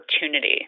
opportunity